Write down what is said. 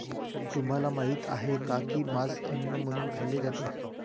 तुम्हाला माहित आहे का की मांस अन्न म्हणून खाल्ले जाते?